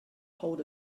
hold